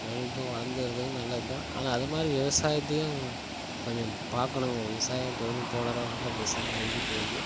தொழில்நுட்பம் வளர்ந்து வர்றது நல்லதுதான் ஆனால் அது மாதிரி விவசாயத்தையும் கொஞ்சம் பார்க்கணுங்க விவசாயம் தொழில்நுட்பம் வளர வளர விவசாயம் அழிஞ்சுட்டு வருது